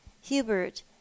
Hubert